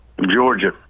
Georgia